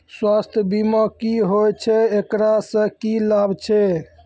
स्वास्थ्य बीमा की होय छै, एकरा से की लाभ छै?